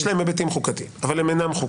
יש להם היבטים חוקתיים אבל הם אינם חוקה.